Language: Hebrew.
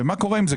מה קורה עם זה?